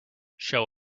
show